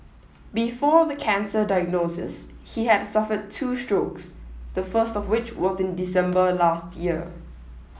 before the cancer diagnosis he had suffered two strokes the first of which was in December last year